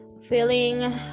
feeling